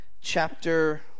chapter